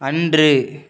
அன்று